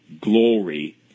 glory